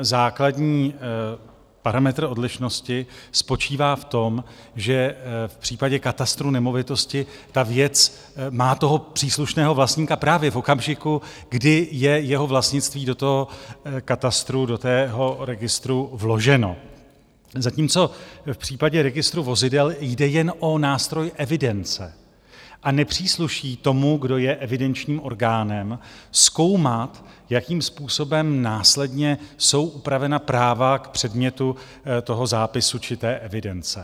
Základní parametr odlišnosti spočívá v tom, že v případě katastru nemovitostí ta věc má příslušného vlastníka právě v okamžiku, kdy je jeho vlastnictví do katastru, do toho registru, vloženo, zatímco v případě registru vozidel jde jen o nástroj evidence a nepřísluší tomu, kdo je evidenčním orgánem, zkoumat, jakým způsobem následně jsou upravena práva k předmětu toho zápisu či té evidence.